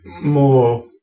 more